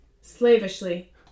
Slavishly